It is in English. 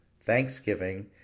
Thanksgiving